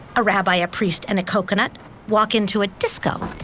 a rabbi, a priest, and a coconut walk into a disco.